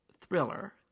thriller